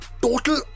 total